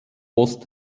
ost